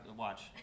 Watch